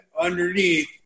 underneath